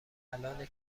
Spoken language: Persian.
الانه